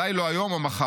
אולי לא היום או מחר,